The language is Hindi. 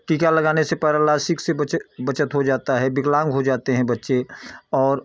टीका लगाने से पैरालासिक से बचे बचत हो जाता है विकलांग हो जाते हैं बच्चे और